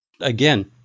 Again